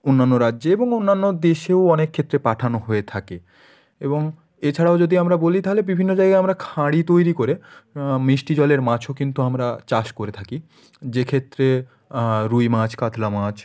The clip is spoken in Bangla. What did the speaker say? অন্যান্য রাজ্যে এবং অন্যান্য দেশেও অনেক ক্ষেত্রে পাঠানো হয়ে থাকে এবং এছাড়াও যদি আমরা বলি তাহলে বিভিন্ন জায়গায় আমরা খাঁড়ি তৈরি করে মিষ্টি জলের মাছও কিন্তু আমরা চাষ করে থাকি যে ক্ষেত্রে রুই মাছ কাতলা মাছ